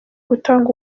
gutanga